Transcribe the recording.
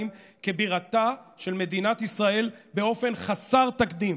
כבירתה של מדינת ישראל באופן חסר תקדים.